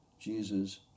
Jesus